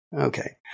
Okay